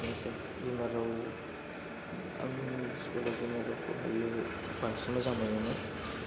बेनोसै आं स्कुल आव बिमा राव फरायनो बांसिन मोजां मोनोमोन